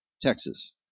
Texas